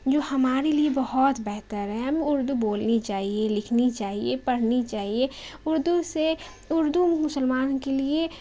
جو ہمارے لیے بہت بہتر ہے ہمیں اردو بولنی چاہیے لکھنی چاہیے پڑھنی چاہیے اردو سے اردو مسلمان کے لیے